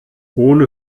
ohne